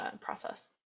process